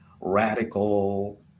radical